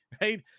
Right